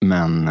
Men